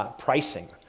ah pricing.